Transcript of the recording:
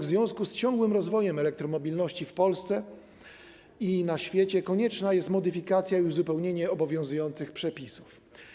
W związku z ciągłym rozwojem elektromobilności w Polsce i na świecie konieczna jest modyfikacja i uzupełnienie obowiązujących przepisów.